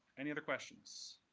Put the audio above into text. any other questions?